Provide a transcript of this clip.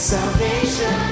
Salvation